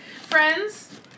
Friends